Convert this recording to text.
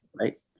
right